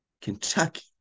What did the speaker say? Kentucky